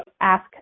ask